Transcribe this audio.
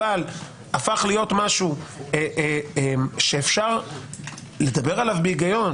אבל הפך להיות משהו שאפשר לדבר עליו בהגיון,